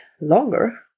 longer